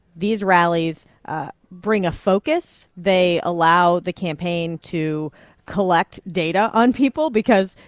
these rallies ah bring a focus. they allow the campaign to collect data on people because,